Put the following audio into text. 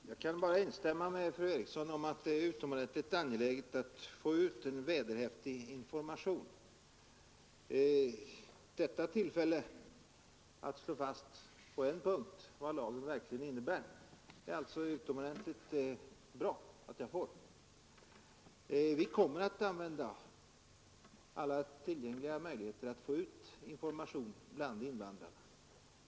Herr talman! Jag kan hålla med fru Eriksson i Stockholm om att det är utomordentligt angeläget att få ut en vederhäftig information. Det är mycket lämpligt att begagna detta tillfälle för att på en punkt slå fast vad lagen verkligen innebär. Vi kommer att använda alla tillgängliga möjligheter att få ut informationen bland invandrarna.